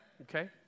Okay